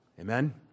Amen